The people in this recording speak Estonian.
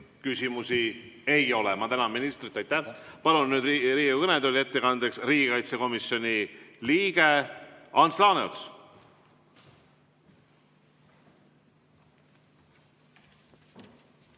Küsimusi ei ole. Ma tänan ministrit, aitäh! Palun nüüd Riigikogu kõnetooli ettekandeks riigikaitsekomisjoni liikme Ants Laaneotsa.